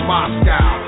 Moscow